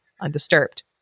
undisturbed